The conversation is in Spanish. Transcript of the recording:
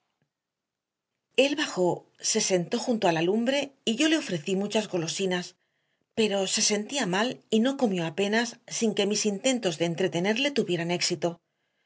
él bajó se sentó junto a la lumbre y yo le ofrecí muchas golosinas pero se sentía mal y no comió apenas sin que mis intentos de entretenerle tuvieran éxito